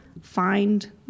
find